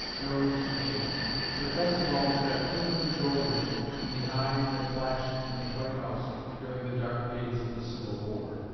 nose, and chin but best of all is that twinkling drollery in the eye that flashed in the white house during the dark days of the civil war.